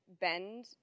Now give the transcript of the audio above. bend